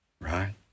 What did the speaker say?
Right